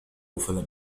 فلم